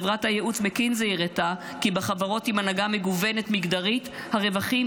חברת הייעוץ McKinsey הראתה כי בחברות עם הנהגה מגוונת מגדרית הרווחים